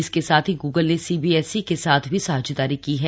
इसके साथ ही गूगल ने सीबीएसई के साथ भी साझेदारी की है